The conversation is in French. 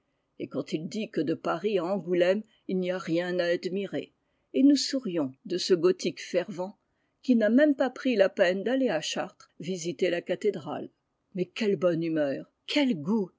et quand il dit que de paris à angoulême il n'y a rien à admirer et nous sourions de ce gothique fervent qui n'a même pas pris la peine d'aller à chartres visiter la cathédrale i mais quelle bonne humeur quel goût